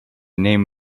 name